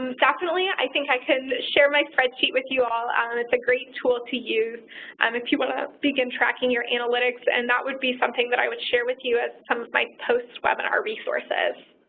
um definitely. i think i can share my spreadsheet with you al. and it's a great tool to use um if you want to begin tracking your analytics. and that would be something that i would share with you as some of my post-webinar resources.